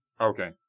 Okay